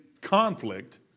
conflict